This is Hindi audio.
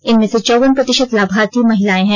इनमें से चौवन प्रतिशत लाभार्थी महिलाएं हैं